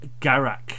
Garak